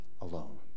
alone